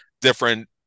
different